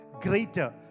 greater